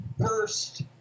first